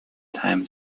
time